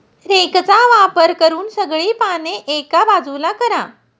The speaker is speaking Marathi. रेकचा वापर करून सगळी पाने एका बाजूला करा